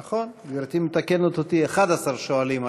נכון, גברתי מתקנת אותי, 11 שואלים היו,